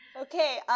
Okay